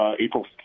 April